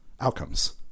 outcomes